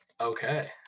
Okay